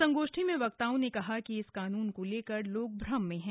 संगोष्ठी में वक्ताओं ने कहा कि इस कानून को लेकर लोग भ्रम में हैं